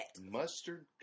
Mustard